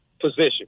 position